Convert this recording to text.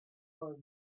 for